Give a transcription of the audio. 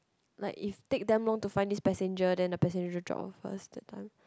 like if take them long to find this passenger then the passenger just drop off first that time